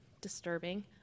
disturbing